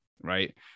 right